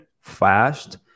fast